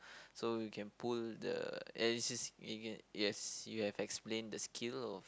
so he can pull the yes you have explain the skill of